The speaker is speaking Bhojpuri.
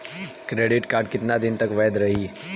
क्रेडिट कार्ड कितना दिन तक वैध रही?